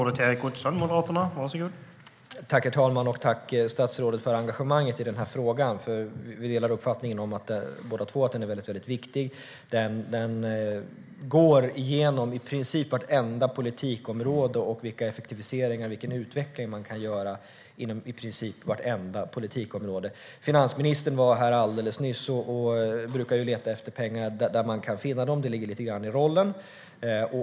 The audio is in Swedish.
Herr talman! Tack, statsrådet, för engagemanget i den här frågan! Vi delar både två uppfattningen att den är väldigt viktig. Det handlar om vilka effektiviseringar man kan göra och vilken utveckling som kan ske inom i princip vartenda politikområde. Finansministern var här alldeles nyss. Hon brukar leta efter pengar där man kan finna dem; det ligger lite grann i rollen.